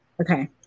Okay